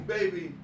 Baby